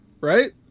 Right